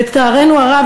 לצערנו הרב,